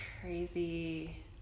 crazy